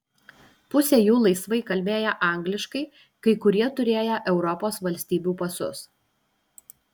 pusė jų laisvai kalbėję angliškai kai kurie turėję europos valstybių pasus